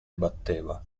batteva